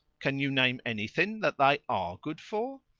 can you name anything that they are good for?